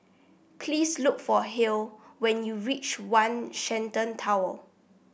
please look for Hale when you reach One Shenton Tower